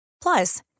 Plus